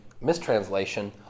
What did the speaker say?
mistranslation